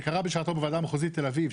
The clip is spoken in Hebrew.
זה קרה בשעתו בוועדה המחוזית תל אביב,